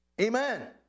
Amen